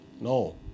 No